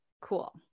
Cool